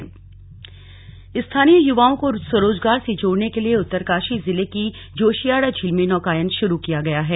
नौकायान स्थानीय युवाओं को स्वरोजगार से जोडने के लिए उत्तरकाशी जिले की जोशियाडा झील में नौकायान शुरू किया गया है